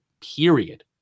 period